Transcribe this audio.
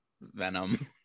Venom